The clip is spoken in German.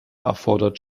erfordert